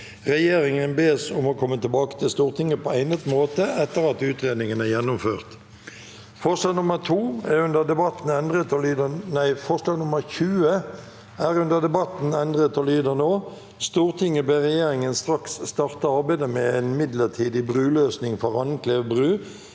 Regjeringen bes om å komme tilbake til Stortinget på egnet måte etter at utredningen er gjennomført.» Forslag nr. 20 er under debatten endret og lyder nå: «Stortinget ber regjeringen straks starte arbeidet med en midlertidig bruløsning for Randklev bru,